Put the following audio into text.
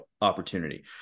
opportunity